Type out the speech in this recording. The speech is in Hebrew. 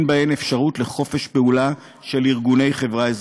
בהן אפשרות לחופש פעולה של ארגוני חברה אזרחית.